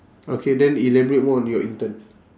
okay then elaborate more on your intern